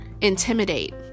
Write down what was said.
intimidate